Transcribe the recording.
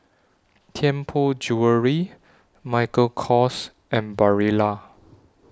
Tianpo Jewellery Michael Kors and Barilla